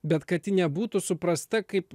bet kad ji nebūtų suprasta kaip